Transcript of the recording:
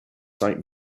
cite